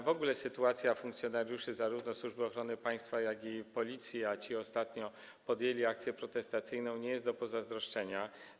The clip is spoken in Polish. W ogóle sytuacja funkcjonariuszy zarówno Służby Ochrony Państwa, jak i Policji - a ci ostatnio podjęli akcję protestacyjną - jest nie do pozazdroszczenia.